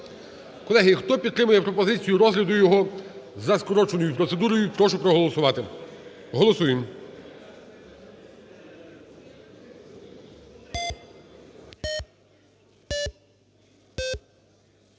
Колеги, хто підтримує пропозицію розгляду його за скороченою процедурою, прошу проголосувати. Голосуємо.